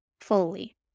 fully